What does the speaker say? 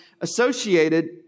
associated